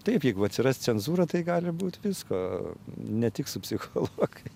taip jeigu atsiras cenzūra tai gali būt visko ne tik su psichologai